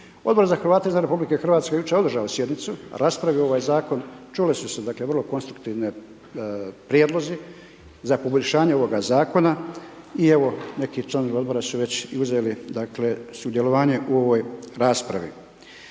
Odbor za Hrvate izvan RH jučer je održao sjednicu, raspravio ovaj zakon, čuli su se dakle vrlo konstruktivni prijedlozi za poboljšanje ovoga zakona i evo neki članovi Odbora su već i uzeli dakle sudjelovanje u ovoj raspravi.